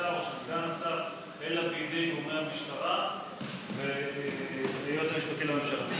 השר או של סגן השר אלא בידי גורמי המשטרה והיועץ המשפטי לממשלה.